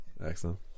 excellent